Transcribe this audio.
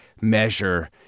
measure